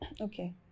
okay